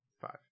Five